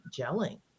gelling